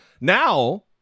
Now